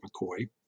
McCoy